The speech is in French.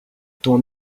ton